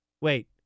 Wait